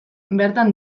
bertan